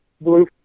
blue